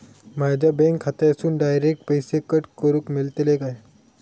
माझ्या बँक खात्यासून डायरेक्ट पैसे कट करूक मेलतले काय?